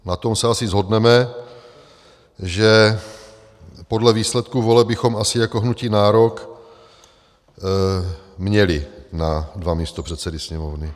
Na tom se asi shodneme, že podle výsledku voleb bychom asi jako hnutí nárok měli na dva místopředsedy Sněmovny.